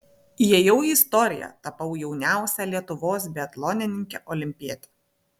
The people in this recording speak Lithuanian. įėjau į istoriją tapau jauniausia lietuvos biatlonininke olimpiete